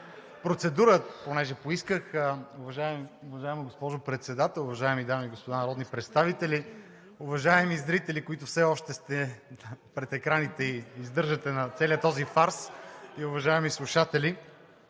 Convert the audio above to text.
групата на ГЕРБ. Уважаема госпожо Председател, уважаеми дами и господа народни представители, уважаеми зрители, които все още сте пред екраните и издържате на целия този фарс, уважаеми слушатели!